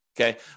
Okay